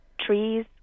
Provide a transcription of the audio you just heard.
trees